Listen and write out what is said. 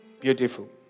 Beautiful